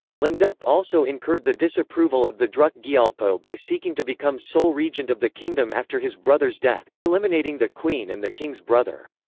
lhendup also incurred the disapproval of the druk gyalpo by seeking to become sole regent of the kingdom after his brother's death, eliminating the queen and the king's brother.